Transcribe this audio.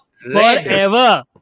Forever